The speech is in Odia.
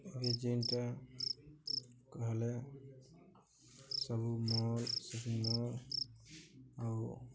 ଏବେ ଜେନ୍ଟା କହେଲେ ସବୁ ମଲ୍ ସପିଂ ମଲ୍ ଆଉ